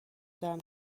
دارم